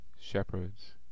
shepherds